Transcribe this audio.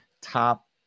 top